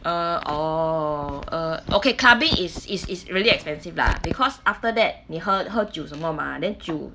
err orh uh okay clubbing is is is really expensive lah because after that 你喝喝酒什么嘛 then 酒